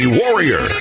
warrior